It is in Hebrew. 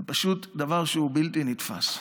זה פשוט דבר שהוא בלתי נתפס.